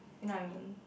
you know